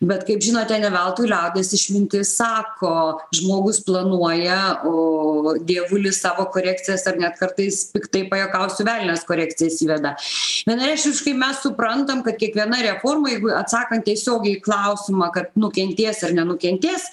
bet kaip žinote ne veltui liaudies išmintis sako žmogus planuoja o dievulis savo korekcijas ar ne kartais piktai pajuokausiu velnias korekcijas įveda vienareikšmiškai mes suprantam kad kiekvienai reformai jeigu atsakant tiesiogiai į klausimą kad nukentės ar nenukentės